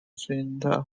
saint